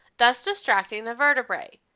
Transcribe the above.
thus distracting the vertebrae.